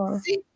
See